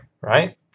right